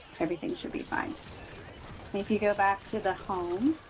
everything should be fine. and if you go back to the home,